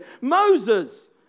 Moses